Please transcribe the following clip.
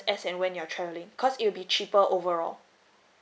as and when you're travelling cause it'll be cheaper overall